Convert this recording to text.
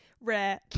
Rare